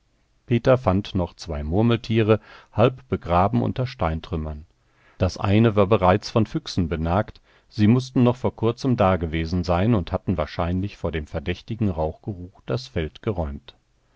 peter fand noch zwei murmeltiere halb begraben unter steintrümmern das eine war bereits von füchsen benagt sie mußten noch vor kurzem dagewesen sein und hatten wahrscheinlich vor dem verdächtigen rauchgeruch das feld geräumt